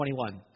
21